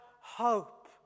hope